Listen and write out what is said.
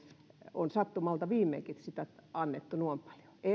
on sattumalta viimeksi sitä annettu noin paljon ei